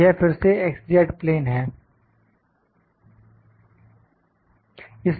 इसलिए यह फिर से x z प्लेन है